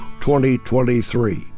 2023